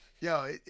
yo